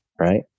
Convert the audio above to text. right